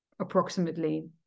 approximately